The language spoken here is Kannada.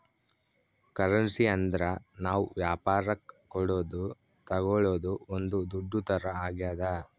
ಕರೆನ್ಸಿ ಅಂದ್ರ ನಾವ್ ವ್ಯಾಪರಕ್ ಕೊಡೋದು ತಾಗೊಳೋದು ಒಂದ್ ದುಡ್ಡು ತರ ಆಗ್ಯಾದ